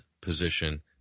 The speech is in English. position